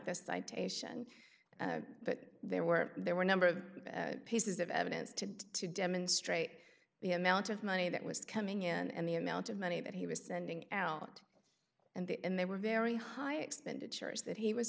that there were there were a number of pieces of evidence to to demonstrate the amount of money that was coming in and the amount of money that he was sending out and that and they were very high expenditures that he was